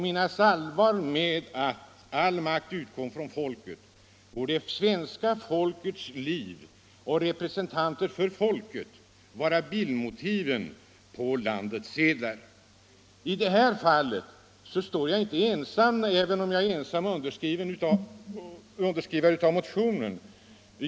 Menas allvar med att all makt utgår från folket borde svenska folkets liv och representanter för folket vara bildmotiv på landets sedlar. I det här fallet står jag inte ensam även om jag ensam skrivit under motionen.